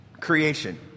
Creation